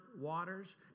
waters